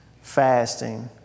fasting